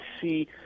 see